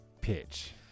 pitch